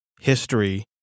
history